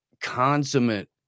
consummate